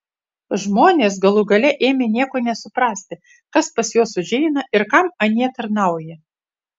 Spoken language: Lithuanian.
žmonės galų gale ėmė nieko nesuprasti kas pas juos užeina ir kam anie tarnauja